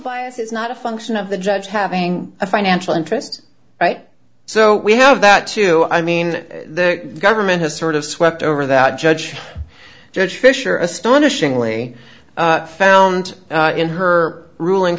bias is not a function of the judge having a financial interest right so we have that too i mean the government has sort of swept over that judge judge fisher astonishingly found in her ruling